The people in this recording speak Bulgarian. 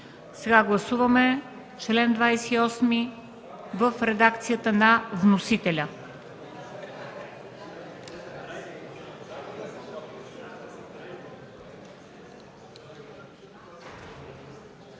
Сега гласуваме чл. 28 в редакцията на вносителя.